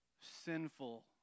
sinful